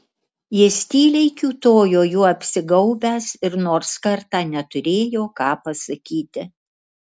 jis tyliai kiūtojo juo apsigaubęs ir nors kartą neturėjo ką pasakyti